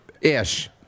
Ish